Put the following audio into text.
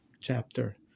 chapter